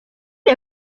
nie